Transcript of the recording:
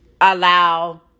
allow